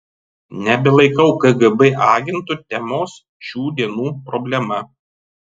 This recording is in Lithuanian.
nebelaikau kgb agentų temos šių dienų problema